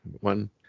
one